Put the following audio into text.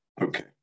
Okay